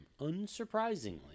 unsurprisingly